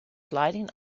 sidling